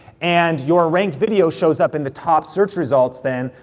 and your ranked video shows up in the top search results then,